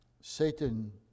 Satan